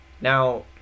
Now